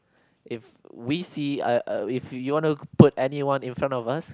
if we see uh uh if you want to put anyone in front of us